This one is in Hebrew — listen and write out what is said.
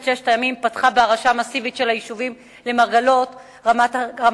ששת הימים פתחה בהרעשה מסיבית של היישובים למרגלות רמת-הגולן,